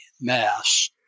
mass